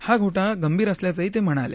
हा घोटाळा गंभीर असल्याचंही ते म्हणाले